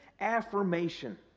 affirmation